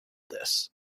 this